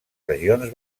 regions